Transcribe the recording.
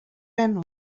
enw